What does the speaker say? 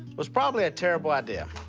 was probably a terrible idea.